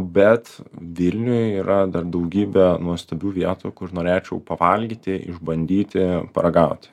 bet vilniuj yra dar daugybę nuostabių vietų kur norėčiau pavalgyti išbandyti paragauti